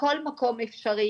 בכל מקום אפשרי,